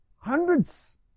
Hundreds